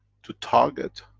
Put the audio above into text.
to target,